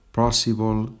possible